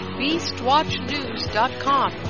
beastwatchnews.com